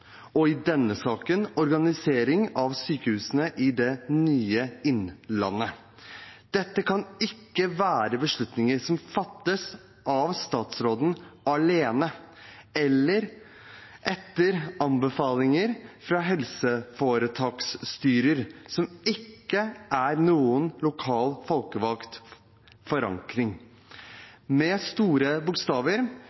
og også i denne saken: organisering av sykehusene i det nye Innlandet. Dette kan ikke være beslutninger som fattes av statsråden alene, etter anbefalinger fra helseforetaksstyrer som ikke har noen lokal folkevalgt forankring.